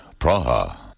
Praha